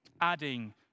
adding